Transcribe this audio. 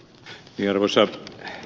arvoisa puhemies